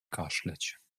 kaszleć